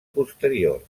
posterior